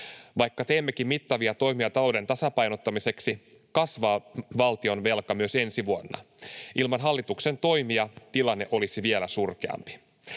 Vaikka teemmekin mittavia toimia talouden tasapainottamiseksi, kasvaa valtionvelka myös ensi vuonna. Ilman hallituksen toimia tilanne olisi vielä surkeampi.